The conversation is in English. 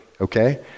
okay